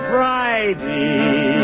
Friday